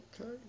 Okay